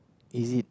is it